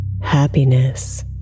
happiness